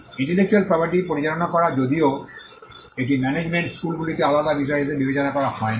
intellectual property পরিচালনা করা যদিও এটি ম্যানেজমেন্ট স্কুলগুলিতে আলাদা বিষয় হিসাবে বিবেচনা করা হয় না